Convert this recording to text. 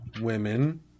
women